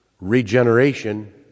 regeneration